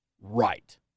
right